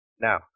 Now